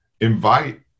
invite